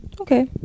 Okay